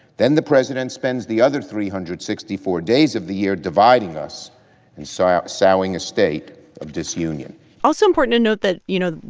then the president spends the other three hundred and sixty four days of the year dividing us and so ah sowing a state of disunion also important to note that, you know,